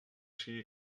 siga